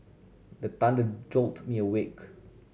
the thunder jolt me awake